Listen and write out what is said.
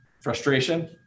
frustration